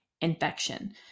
infection